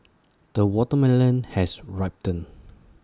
the watermelon has ripened